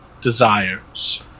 desires